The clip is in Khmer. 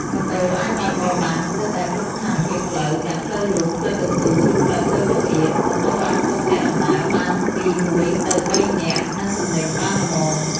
ម៉ូតូអាចបើកបរបាន ស្ទើរតែគ្រប់ស្ថានភាពផ្លូវ ទាំងផ្លូវលំ ផ្លូវកៅស៊ូ ឬផ្លូវតូចចង្អៀត។ ម៉ូតូអាចផ្ទុកអ្នកដំណើរបានពី ១ ទៅ ៣ នាក់ និងទំនិញបានល្មម ។